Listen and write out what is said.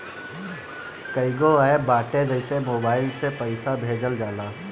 कईगो एप्प बाटे जेसे मोबाईल से पईसा भेजल जाला